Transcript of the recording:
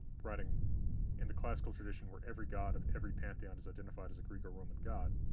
writing in the classical tradition, where every god of every pantheon is identified as a greek or roman god,